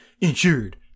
insured